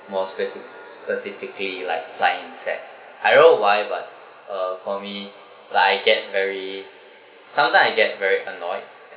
more spefic~ specifically like flying insect I don't know why but uh for me like I get very sometime I get very annoyed